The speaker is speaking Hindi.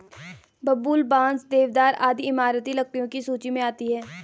बबूल, बांस, देवदार आदि इमारती लकड़ियों की सूची मे आती है